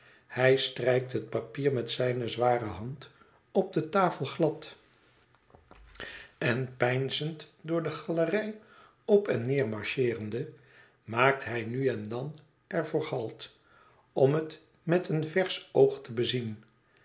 hij strijkt het papiermet zijne zware hand op de tafel glad en peinzend door de galerij op en neer marcheerende maakt hij nu en dan er voor halt om het met een versch oog te bezien